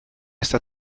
esta